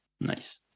nice